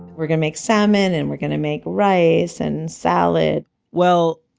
we're gonna make salmon and we're gonna make rice and salad well,